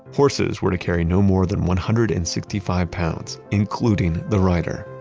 horses were to carry no more than one hundred and sixty five pounds, including the rider.